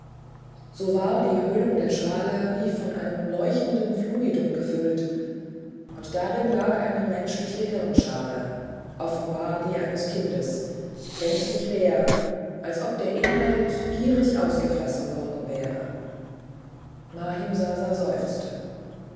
so war die höhlung der schale wie von einem leuchtenden fluidum gefüllt und darin lag eine menschliche hirnschale offenbar die eines kindes gänzlich leer als ob der inhalt gierig ausgefressen worden wäre mahimsasa seufzte